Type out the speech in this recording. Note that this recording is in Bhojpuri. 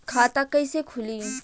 खाता कइसे खुली?